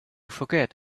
forget